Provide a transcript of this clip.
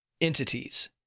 entities